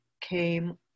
came